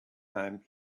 time